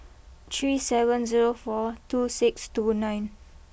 three seven zero four two six two nine